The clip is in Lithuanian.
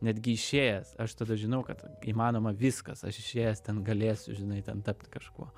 netgi išėjęs aš tada žinau kad įmanoma viskas aš išėjęs ten galėsiu žinai ten tapti kažkuo